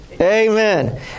Amen